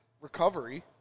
recovery